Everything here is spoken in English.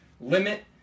limit